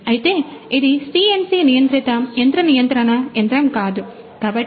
అయితే ఇది సిఎన్సి నియంత్రిత యంత్ర నియంత్రణ యంత్రం కాదు కాబట్టి